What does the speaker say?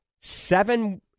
seven